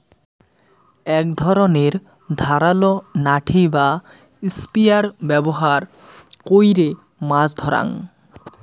এক ধরণের ধারালো নাঠি বা স্পিয়ার ব্যবহার কইরে মাছ ধরাঙ